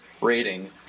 rating